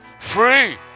Free